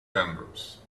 genders